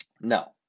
No